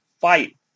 fight